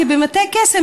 כבמטה קסם,